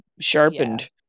sharpened